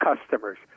customers